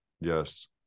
Yes